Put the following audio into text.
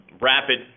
rapid